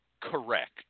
correct